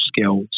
skills